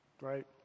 Right